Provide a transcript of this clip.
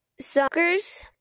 suckers